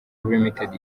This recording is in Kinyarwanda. ltd